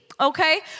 okay